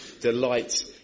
delight